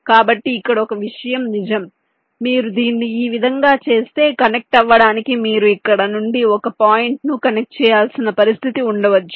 కాబట్టి ఇక్కడ ఒక విషయం నిజం మీరు దీన్ని ఈ విధంగా చేస్తే కనెక్ట్ అవ్వడానికి మీరు ఇక్కడ నుండి ఒక పాయింట్ను కనెక్ట్ చేయాల్సిన పరిస్థితి ఉండవచ్చు